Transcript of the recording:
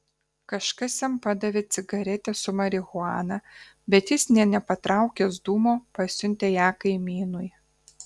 kažkas jam padavė cigaretę su marihuana bet jis nė nepatraukęs dūmo pasiuntė ją kaimynui